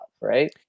right